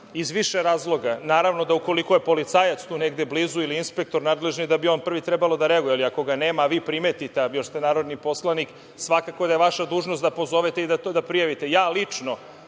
iz više razloga. Naravno, da ukoliko je policajac tu negde blizu ili inspektor nadležni da bi on prvi trebalo da reaguje, a ako ga nema a vi primetite, a još ste narodni poslanik, svakako da je vaša dužnost da pozovete i da prijavite. Ja